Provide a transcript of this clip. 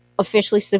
officially